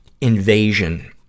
invasion